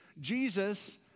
Jesus